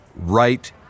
Right